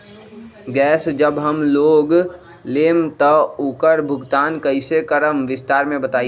Gas जब हम लोग लेम त उकर भुगतान कइसे करम विस्तार मे बताई?